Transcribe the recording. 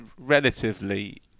relatively